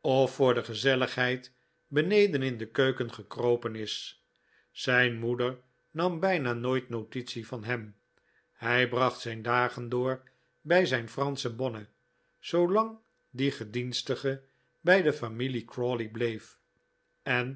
of voor de gezelligheid beneden in de keuken gekropen is zijn moeder nam bijna nooit notitie van hem hij bracht zijn dagen door bij zijn fransche bonne zoolang die gedienstige bij de familie crawley bleef en